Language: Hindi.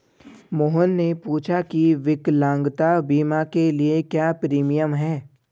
मोहन ने पूछा की विकलांगता बीमा के लिए क्या प्रीमियम है?